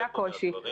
תזרימי.